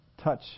touch